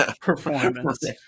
performance